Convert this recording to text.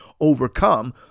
overcome